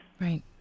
Right